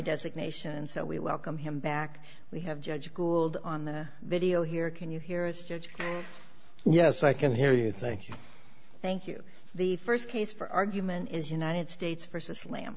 designation so we welcome him back we have judge gould on the video here can you hear is judge yes i can hear you thank you thank you the st case for argument is united states versus lamb